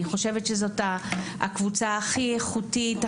אני חושבת שזאת הקבוצה הכי איכותית,